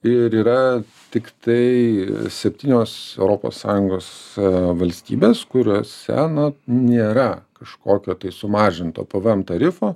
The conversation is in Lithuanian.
ir yra tiktai septynios europos sąjungos valstybės kuriose na nėra kažkokio tai sumažinto pvm tarifo